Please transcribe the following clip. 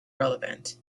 relevant